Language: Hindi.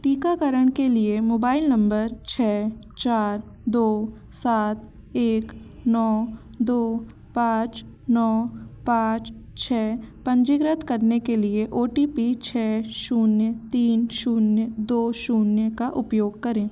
टीकाकरण के लिए मोबाइल नम्बर छः चार दो सात एक नौ दो पाँच नौ पाँच छः पंजीकृत करने के लिए ओ टी पी छः शून्य तीन शून्य दो शून्य का उपयोग करें